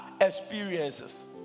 experiences